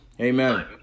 Amen